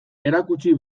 erakutsi